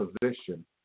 position